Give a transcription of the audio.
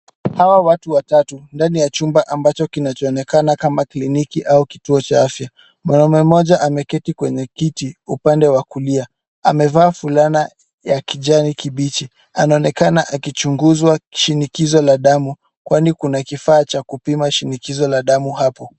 Hawa watu watatu, ndani ya chumba ambacho kinachoonekana kama kliniki au kituo cha afya. Mwanamume mmoja ameketi kwenye kiti upande wa kulia. Amevaa fulana ya kijani kibichi. Anaonekana akichunguzwa shinikizo la damu, kwani kuna kifaa cha kupima shinikizo la damu hapo.